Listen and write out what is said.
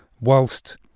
whilst